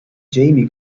jamie